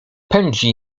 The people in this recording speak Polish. pędzi